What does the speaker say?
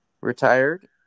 retired